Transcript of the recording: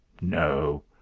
No